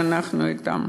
ואנחנו אתם.